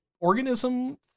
organism